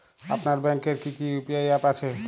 আপনার ব্যাংকের কি কি ইউ.পি.আই অ্যাপ আছে?